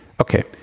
Okay